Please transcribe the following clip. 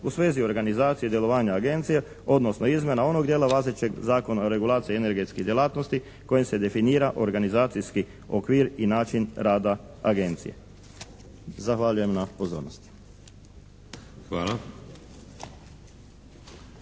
u svezi organizacije i djelovanja agencije odnosno izmjena onog dijela važećeg Zakona o regulaciji energetskih djelatnosti kojim se definira organizacijski okvir i način rada agencije. Zahvaljujem na pozornosti.